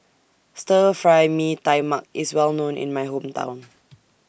Stir Fry Mee Tai Mak IS Well known in My Hometown